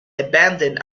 abandoned